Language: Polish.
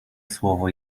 słowo